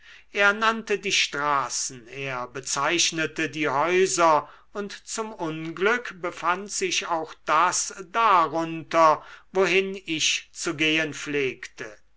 er nannte die straßen er bezeichnete die häuser und zum unglück befand sich auch das darunter wohin ich zu gehen pflegte